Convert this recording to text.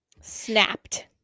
Snapped